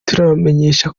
turabamenyesha